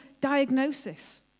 diagnosis